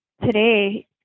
Today